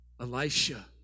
Elisha